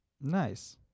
Nice